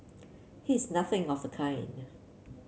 he is nothing of the kind